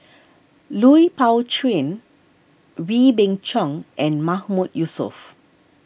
Lui Pao Chuen Wee Beng Chong and Mahmood Yusof